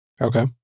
Okay